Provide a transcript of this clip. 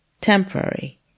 temporary